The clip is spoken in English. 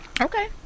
Okay